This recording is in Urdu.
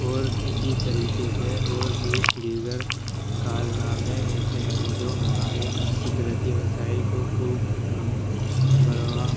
اور اسی طریقے سے اور بھی دیگر کارنامے ایسے ہیں جو ہمارے قدرتی وسائل کو خوب بڑھوا